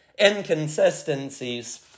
inconsistencies